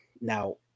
Now